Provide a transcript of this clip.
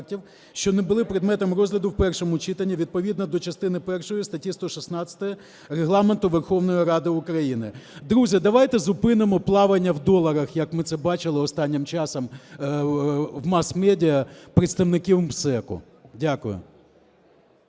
що не були предметом розгляду в першому читанні відповідно до частини першої статті 116 Регламенту Верховної Ради України. Друзі, давайте зупинимо плавання в доларах, як ми це бачили останнім часом в масмедіа, представників МСЕК. Дякую.